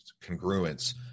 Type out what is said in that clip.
congruence